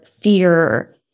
fear